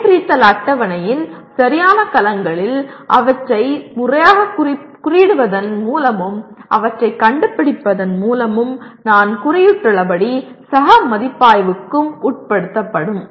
வகைபிரித்தல் அட்டவணையின் சரியான கலங்களில் அவற்றை முறையாகக் குறியிடுவதன் மூலமும் அவற்றைக் கண்டுபிடிப்பதன் மூலமும் நான் குறிப்பிட்டுள்ளபடி சக மதிப்பாய்வுக்கும் உட்படுத்தப்படும்